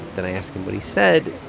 then i ask him what he said,